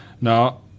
Now